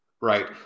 right